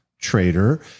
trader